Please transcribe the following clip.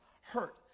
hurt